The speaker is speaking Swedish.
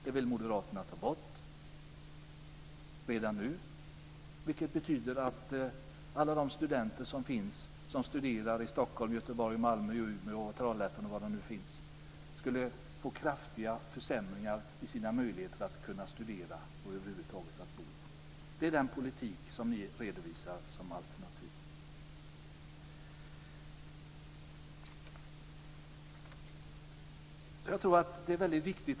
Det vill moderaterna ta bort redan nu, vilket betyder att alla dessa studenter som studerar i Stockholm, Göteborg, Malmö, Umeå, Trollhättan osv. skulle få kraftiga försämringar när det gäller möjligheterna att studera och att över huvud taget bo. Det är den politik som ni redovisar som alternativ.